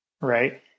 Right